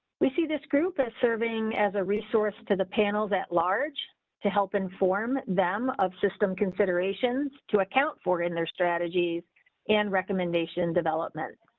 we see this group as serving as a resource to the panels at large to help inform them of system considerations to account for in their strategies and recommendation development.